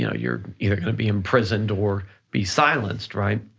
you know you're either going to be imprisoned or be silenced, right?